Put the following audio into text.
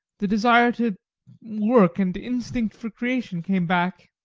the desire to work and the instinct for creation came back.